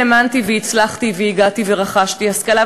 האמנתי והצלחתי והגעתי ורכשתי השכלה,